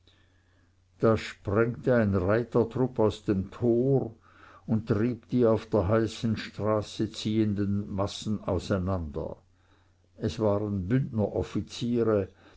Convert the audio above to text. da sprengte ein reitertrupp aus dem tor und trieb die auf der heißen straße ziehenden massen auseinander es waren